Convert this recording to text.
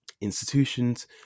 institutions